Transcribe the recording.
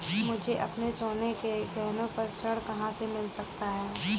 मुझे अपने सोने के गहनों पर ऋण कहाँ से मिल सकता है?